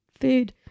food